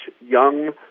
young